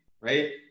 right